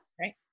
right